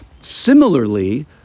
Similarly